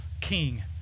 king